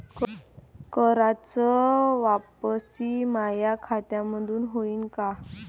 कराच वापसी माया खात्यामंधून होईन का?